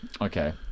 Okay